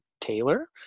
Taylor